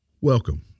Welcome